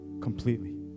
completely